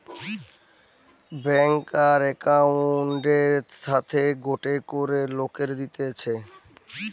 ব্যাংকার একউন্টের সাথে গটে করে লোককে দিতেছে